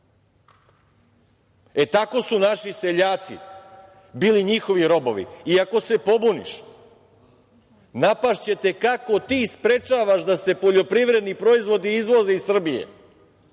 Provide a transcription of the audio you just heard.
Tako su naši seljaci bili njihovi robovi. Ako se pobuniš, napašćete kako ti sprečavaš da se poljoprivredni proizvodi izvoze iz Srbije,